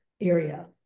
area